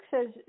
says